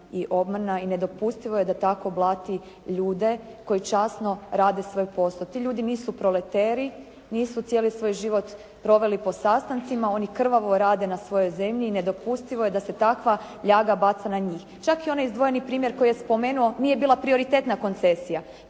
i obmana i nedopustivo je da tako blati ljude koji časno rade svoj posao. Ti ljudi nisu proleteri, nisu cijeli svoj život proveli po sastancima. Oni krvavo rade na svojoj zemlji i nedopustivo je da se takva ljaga baca na njih. Čak i onaj izdvojeni primjer koji je spomenuo nije bila prioritetna koncesija.